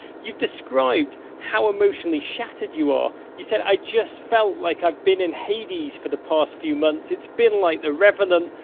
you've described how emotionally shattered you are. you said, i just felt like i'd been in hades for the past few months. it's been like the revenant.